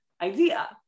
idea